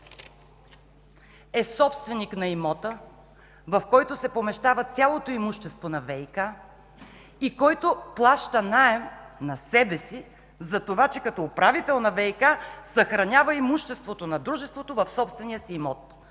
е собственик на имота, в който се помещава цялото имущество на ВиК и който плаща наем на себе си, затова че като управител на ВиК съхранява имуществото на дружеството в собствения си имот.